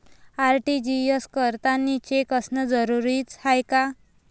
RTGS करतांनी cheque असनं जरुरीच हाय का?